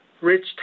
rich